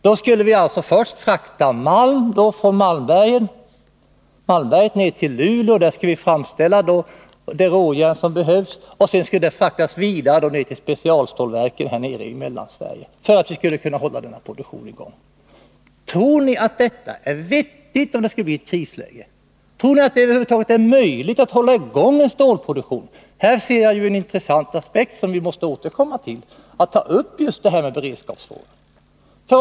Då skulle vi först frakta malm från Malmberget ner till Luleå. Där skulle vi framställa det råjärn som behövs, och sedan skulle det fraktas vidare till specialstålverken nere i Mellansverige, för att vi skulle kunna ha produktionen i gång. Tror ni att detta är vettigt om det skulle bli ett krisläge? Tror ni att det över huvud taget är möjligt att hålla i gång någon stålproduktion? Här ser jag en intressant aspekt som vi måste återkomma till och som gäller beredskapsfrågan.